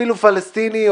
אפילו פלסטיני,